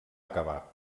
acabar